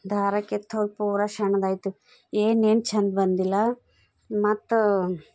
ದಾರ ಕಿತ್ಹೋಗಿ ಪೂರ ಸಣ್ದಾಯ್ತು ಏನೂ ಏನೂ ಚೆಂದ ಬಂದಿಲ್ಲ ಮತ್ತೆ